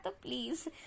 Please